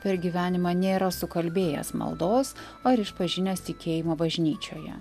per gyvenimą nėra sukalbėjęs maldos ar išpažinęs tikėjimą bažnyčioje